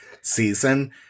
season